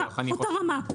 אותה רמה.